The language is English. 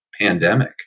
pandemic